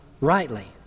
rightly